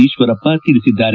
ಈಶ್ವರಪ್ಪ ತಿಳಿಸಿದ್ದಾರೆ